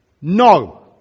No